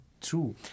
true